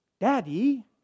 Daddy